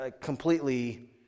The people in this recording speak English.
completely